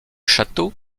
château